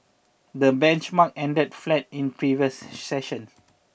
the benchmark ended flat in previous session